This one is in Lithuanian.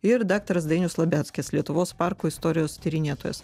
ir daktaras dainius labeckis lietuvos parkų istorijos tyrinėtojas